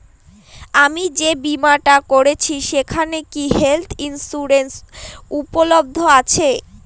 আমি যে বীমাটা করছি সেইখানে কি হেল্থ ইন্সুরেন্স উপলব্ধ আছে?